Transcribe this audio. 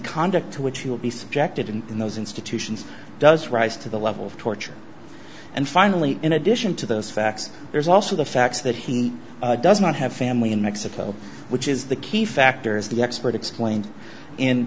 conduct to which you will be subjected and in those institutions does rise to the level of torture and finally in addition to those facts there's also the fact that he does not have family in mexico which is the key factor is the expert explained in